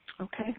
Okay